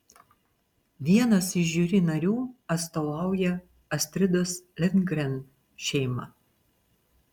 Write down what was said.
vienas iš žiuri narių atstovauja astridos lindgren šeimą